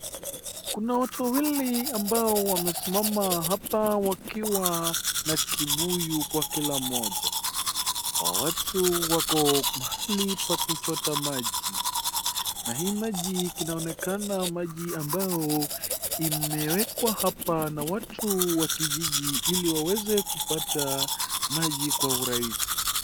Kuna watu wawili ambao wamesimama hapa wakiwa na kibuyu kwa kila mmoja. Hawa watu wako mahali pa kuchota maji. Na hii maji kinaonekana maji ambayo imewekwa hapa na watu wa kijiji ili waweze kupata maji kwa urahisi.